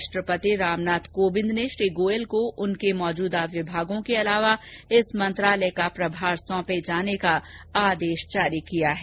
राष्ट्रपति रामनाथ कोविंद ने श्री गोयल को उनके मौजूदा विभागों के अलावा इस मंत्रालय का प्रभार सौंपे जाने का आदेश जारी किया है